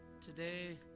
Today